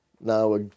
now